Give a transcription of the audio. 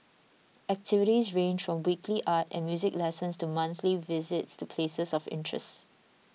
activities range from weekly art and music lessons to monthly visits to places of interests